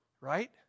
right